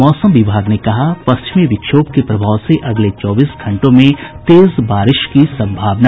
मौसम विभाग ने कहा पश्चिमी विक्षोभ के प्रभाव से अगले चौबीस घंटों में तेज बारिश की संभावना